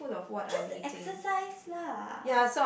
just exercise lah